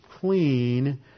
clean